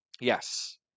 Yes